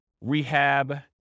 rehab